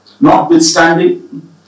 Notwithstanding